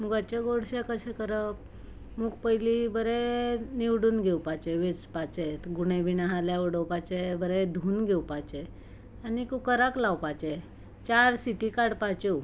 मुगांचें गोडशें कशें करप मूंग पयलीं बरे निवडून घेवपाचे वेंचपाचे गुणे बिणे आसी जाल्यार उडोवपाचे बरे धुवून घेवपाचे आनी कुकराक लावपाचे चार सिटी काडपाच्यो